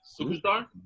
superstar